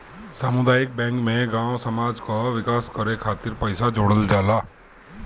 सामुदायिक बैंक में गांव समाज कअ विकास करे खातिर पईसा जोड़ल जाला